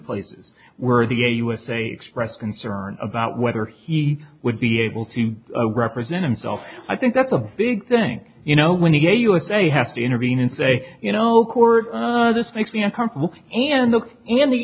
places where the a usa expressed concern about whether he would be able to represent him self i think that's a big thing you know when he gave us they have to intervene and say you know court this makes me uncomfortable and look in the